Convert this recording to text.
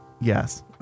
yes